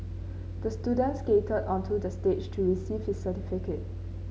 the student skated onto the stage to receive his certificate